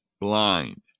blind